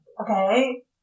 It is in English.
okay